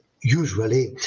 usually